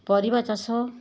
ପରିବା ଚାଷ